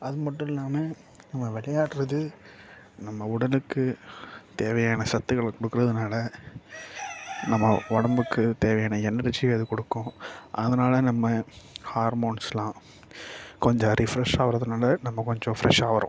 அது மட்டும் இல்லாமல் நம்ம விளையாட்றது நம்ம உடலுக்கு தேவையான சத்துக்களை கொடுக்குறதுனால நம்ம உடம்புக்கு தேவையான எனர்ஜியை அது கொடுக்கும் அதனால நம்ம ஹார்மோன்ஸெலாம் கொஞ்சம் ரெஃப்ரெஷாக ஆகிறதுனால நம்ம கொஞ்சம் ஃப்ரெஷாகிறோம்